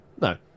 No